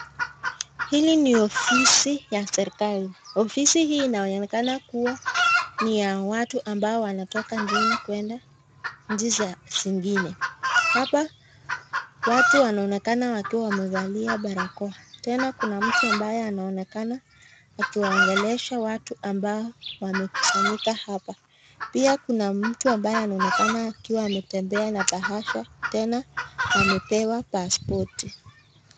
Hili ni ofisi ya serikali. Ofisi hii inaonekana kuwa ni ya watu ambao wanatoka nchi kwenda nchi za zingine. Hapa watu wanaonekana wakiwa wamevalia barakoa. Tena kuna mtu ambaye anaonekana akiwaongelesha watu ambao wamekusanyika hapa. Pia kuna mtu ambaye anaonekana akiwa ametembea na bahasha tena amepewa pasipoti.